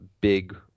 big